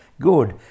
Good